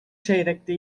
çeyrekte